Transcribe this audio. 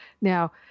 Now